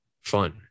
fun